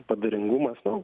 padaringumas nu